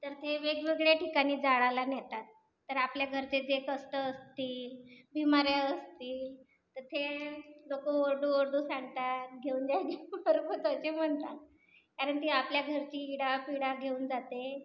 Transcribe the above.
तर ते वेगवेगळ्या ठिकाणी जाळाला नेतात तर आपल्या घरचे जे कष्ट असतील बिमाऱ्या असतील तर ते लोक ओरडू ओरडू सांगतात घेऊन जा गे मारबत असे म्हणतात कारण ते आपल्या घरची इडापीडा घेऊन जाते